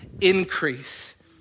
increase